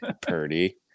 Purdy